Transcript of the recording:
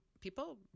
people